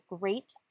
great